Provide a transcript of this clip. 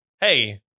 hey